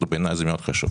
בעיניי זה מאוד חשוב.